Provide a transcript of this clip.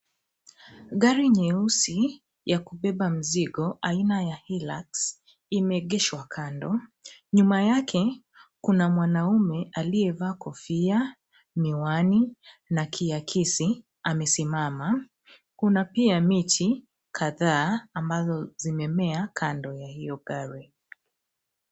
Gari nyeusi ya kubeba mzigo aina ya Hilux imeegeshwa kando. Nyuma yake kuna mwanaume aliyevaa kofia, miwani na kiakisi amesimama. Kuna pia miti kadhaa ambazo zimemea kando ya hiyo gari.